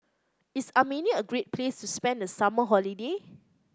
is Armenia a great place to spend the summer holiday